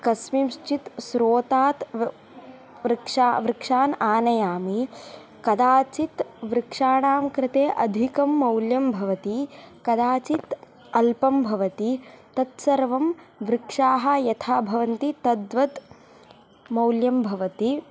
कस्मिंश्चित् स्रोतात् वृक्षान् आनयामि कदाचित् वृक्षाणाम् कृते अधिकं मौल्यम् भवति कदाचित् अल्पं भवति तत्सर्वं वृक्षाः यथा भवन्ति तद्वत् मौल्यं भवति